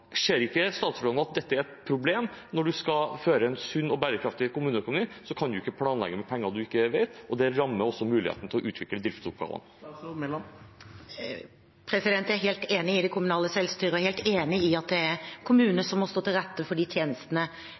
Ser ikke statsråden at dette er et problem? Når man skal føre en sunn og bærekraftig kommuneøkonomi, kan man ikke planlegge med penger man ikke vet om. Det rammer også muligheten til å utvikle driftsoppgavene. Jeg er helt enig i det kommunale selvstyret, og jeg er helt enig i at det er kommunene som må stå til rette for de tjenestene